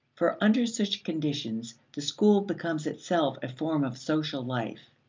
for under such conditions, the school becomes itself a form of social life,